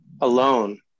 alone